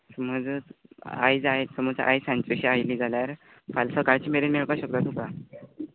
समज ज आयज आय समज आयज सांचे शीं आयलीं जाल्यार फाल सकाळचे मेरेन येवपा शकता तुका